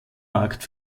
markt